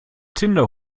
tinder